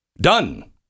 Done